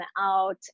out